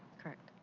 correct.